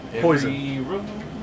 Poison